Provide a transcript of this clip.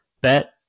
Bet